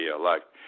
elect